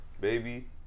Baby